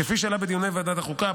כפי שעלה בדיוני ועדת החוקה,